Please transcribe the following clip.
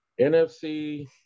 NFC